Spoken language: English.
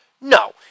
No